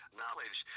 knowledge